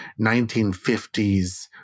1950s